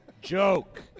Joke